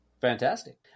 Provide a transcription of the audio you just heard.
Fantastic